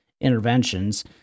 interventions